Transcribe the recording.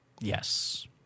Yes